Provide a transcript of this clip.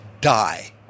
die